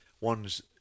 ones